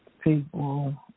people